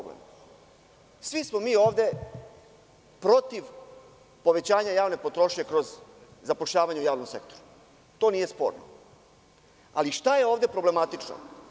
Svi smo mi ovde protiv povećanja javne potrošnje kroz zapošljavanja u javnom sektoru, to nije sporno, ali šta je ovde problematično.